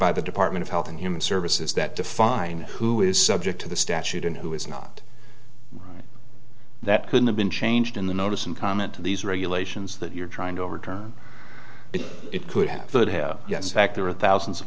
by the department of health and human services that define who is subject to the statute and who is not that could have been changed in the notice and comment to these regulations that you're trying to overturn it could have yes fact there are thousands of